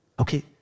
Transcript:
Okay